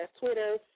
Twitter